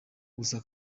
gusa